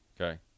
okay